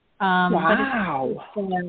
Wow